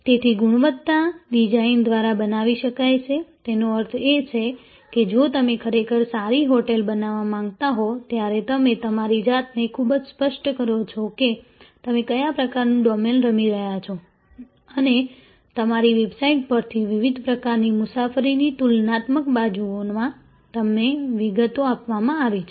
તેથી ગુણવત્તા ડિઝાઇન દ્વારા બનાવી શકાય છે તેનો અર્થ એ છે કે જો તમે ખરેખર સારી હોટેલ બનાવવા માંગતા હો ત્યારે તમે તમારી જાતને ખૂબ જ સ્પષ્ટ કરો છો કે તમે કયા પ્રકારનું ડોમેન રમી રહ્યા છો અને તમારી વેબસાઇટ પરથી વિવિધ પ્રકારની મુસાફરીની તુલનાત્મક બાજુઓમાં તમને વિગતો આપવામાં આવી છે